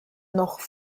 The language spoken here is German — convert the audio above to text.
noch